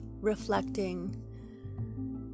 reflecting